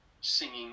singing